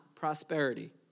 prosperity